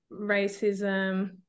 racism